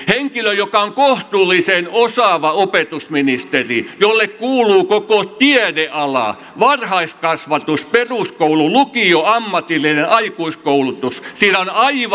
henkilölle joka on kohtuullisen osaava opetusministeri jolle kuuluu koko tiedeala varhaiskasvatus peruskoulu lukio ammatillinen aikuiskoulutus on siinä aivan täysi työ